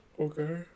Okay